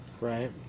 Right